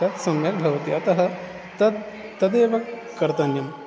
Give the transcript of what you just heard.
तत् सम्यक् भवति अतः तत् तदेव कर्तव्यम्